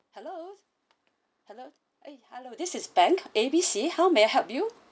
hello hello hello this is bank A B C how may I help you